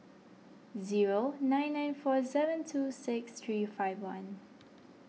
zero nine nine four seven two six three five one